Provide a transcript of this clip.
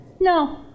no